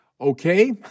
Okay